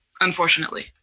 unfortunately